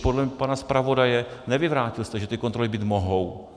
I když podle pana zpravodaje, nevyvrátil jste, že ty kontroly být mohou.